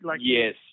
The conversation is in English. Yes